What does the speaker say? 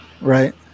Right